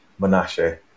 Menashe